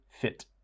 fit